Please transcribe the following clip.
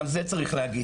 גם את זה צריך להגיד,